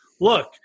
look